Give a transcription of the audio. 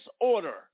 order